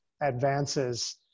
advances